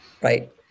right